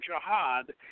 Jihad